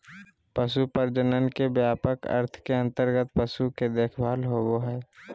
पशु प्रजनन के व्यापक अर्थ के अंतर्गत पशु के देखभाल होबो हइ